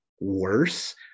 worse